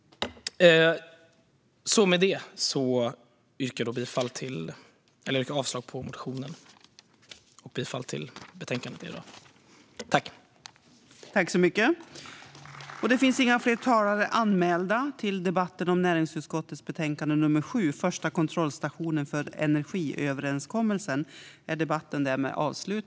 Med det yrkar jag avslag på motionen och bifall till förslaget i betänkandet.